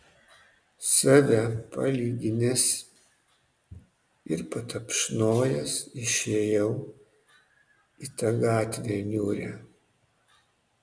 save palyginęs ir patapšnojęs išėjau į tą gatvę niūrią